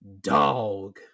dog